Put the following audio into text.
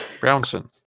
Brownson